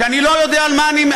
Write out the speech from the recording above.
שאני לא יודע על מה אני,